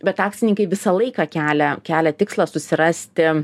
bet akcininkai visą laiką kelia kelia tikslą susirasti